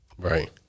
Right